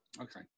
okay